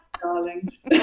darlings